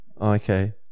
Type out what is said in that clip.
Okay